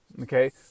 Okay